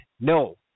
no